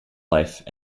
life